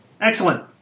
Excellent